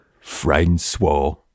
Francois